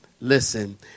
Listen